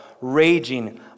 raging